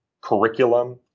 curriculum